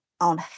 on